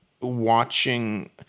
watching